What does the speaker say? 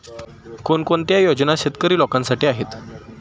कोणकोणत्या योजना शेतकरी लोकांसाठी आहेत?